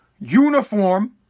uniform